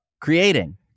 creating